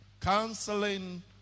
Counseling